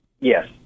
Yes